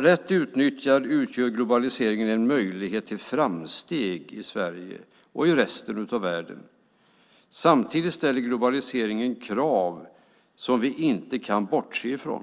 Rätt utnyttjad utgör globaliseringen en möjlighet till framsteg i Sverige och i resten av världen. Samtidigt ställer globaliseringen krav som vi inte kan bortse från.